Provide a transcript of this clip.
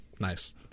Nice